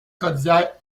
cordillère